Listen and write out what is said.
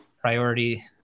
priority